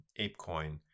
ApeCoin